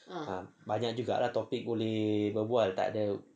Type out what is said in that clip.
ah banyak juga lah topic boleh berbual takde